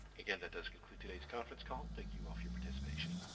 and does conclude todays conference call. thank you all for your participation.